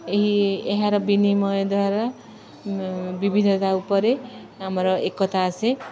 ଏହି ଏହାର ବିନିମୟ ଦ୍ୱାରା ବିବିଧତା ଉପରେ ଆମର ଏକତା ଆସେ